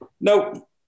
nope